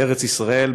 בארץ ישראל,